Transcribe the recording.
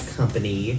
company